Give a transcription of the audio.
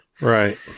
Right